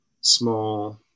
small